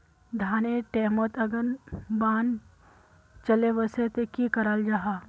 धानेर टैमोत अगर बान चले वसे ते की कराल जहा?